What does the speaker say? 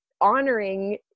honoring